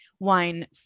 Wine